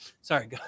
Sorry